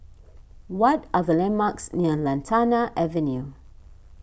what are the landmarks near Lantana Avenue